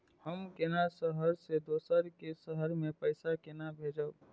हम केना शहर से दोसर के शहर मैं पैसा केना भेजव?